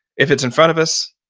if it's in front of us,